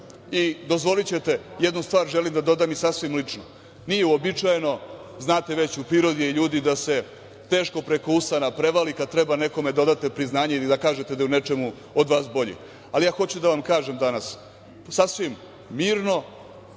dozvolićete jednu stvar želim da dodam sasvim lično. Nije uobičajeno, znate već u prirodi je ljudi da se teško preko usana prevali kada treba nekome da odate priznanje ili da kažete da je u nečemu od vas bolji. Ali ja hoću da vam kažem danas, sasvim mirno